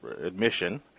admission